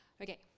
Okay